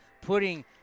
putting